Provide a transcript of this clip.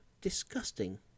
disgusting